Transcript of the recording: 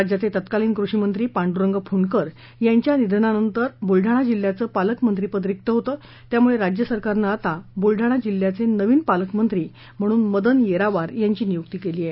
राज्याचे तत्कालीन कृषीमंत्री पांडुरंग फुंडकर यांच्या निधनानंतर बुलडाणा जिल्हयाचं पालकमंत्रीपद रिक्त होतं त्यामुळे राज्यसरकारनं आता बुलडाणा जिल्हयाचे नवीन पालकमंत्री म्हणून मदन येरावार यांची नियुक्ती केली आहे